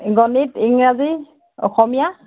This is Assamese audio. গণিত ইংৰাজী অসমীয়া